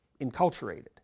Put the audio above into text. enculturated